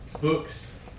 books